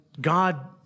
God